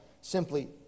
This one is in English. simply